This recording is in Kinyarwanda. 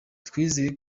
twizera